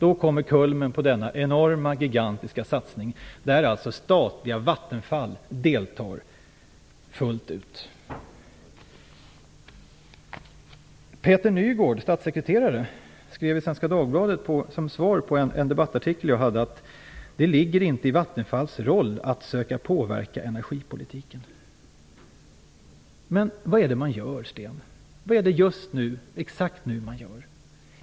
Då kommer kulmen på denna gigantiska satsning, där det statliga Vattenfall deltar fullt ut. Dagbladet som svar på en debattartikel jag hade, att det inte ligger i Vattenfalls roll att söka påverka energipolitiken. Vad är det man gör exakt nu, Sten Heckscher?